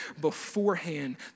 beforehand